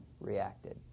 reacted